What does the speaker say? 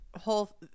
whole